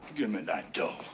give me that dough.